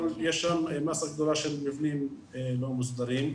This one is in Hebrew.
אבל יש שם מסה גדולה של מבנים לא מוסדרים.